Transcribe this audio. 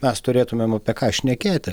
mes turėtumėm apie ką šnekėti